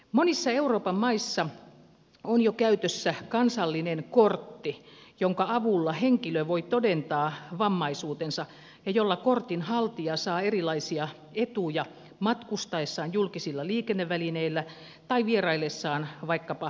monissa euroopan maissa on jo käytössä kansallinen kortti jonka avulla henkilö voi todentaa vammaisuutensa ja jolla kortin haltija saa erilaisia etuja matkustaessaan julkisilla liikennevälineillä tai vieraillessaan vaikkapa kulttuurilaitoksissa